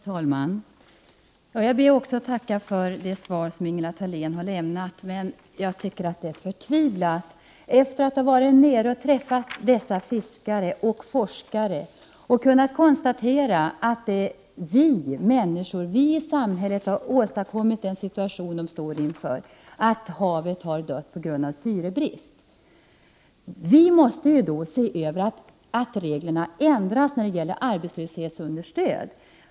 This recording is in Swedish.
Herr talman! Jag ber också att få tacka för det svar Ingela Thalén har lämnat. Jag tycker att läget är förtvivlat, efter att ha varit nere och träffat dessa fiskare och forskare och kunnat konstatera att vi människor har åstadkommit den situation de står inför, alltså att havet har dött på grund av syrebrist. Vi måste se till att reglerna ändras när det gäller arbetslöshetsunderstöd.